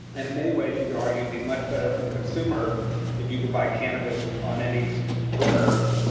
and in many ways, you could argue be much better for the consumer if you could buy cannabis on any corner,